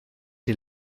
die